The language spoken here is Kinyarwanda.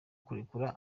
kurekura